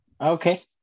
Okay